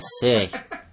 sick